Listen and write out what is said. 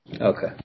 Okay